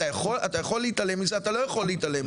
אתה יכול להתעלם מזה, אתה לא יכול להתעלם מזה.